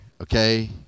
okay